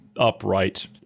upright